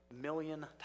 million